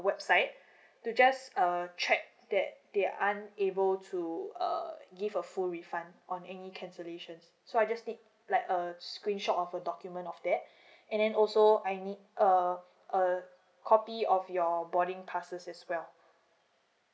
website to just uh check that they aren't able to uh give a full refund on any cancellations so I just need like a screenshot or a document of that and then also I need a uh copy of your boarding passes as well